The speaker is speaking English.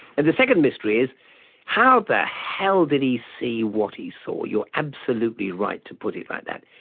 and the second mystery is how the hell did he see what he saw? you're absolutely right to put it like that.